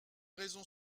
raison